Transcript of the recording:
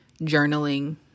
journaling